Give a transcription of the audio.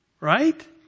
Right